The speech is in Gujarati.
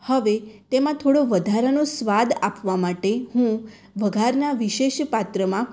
હવે તેમાં થોડો વધારાનો સ્વાદ આપવા માટે હું વધારના વિશેષ પાત્રમાં